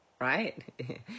right